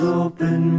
open